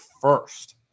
first